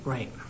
Right